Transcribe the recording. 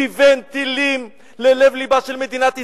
כיוון טילים ללב-לבה של מדינת ישראל,